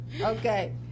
Okay